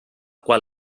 qual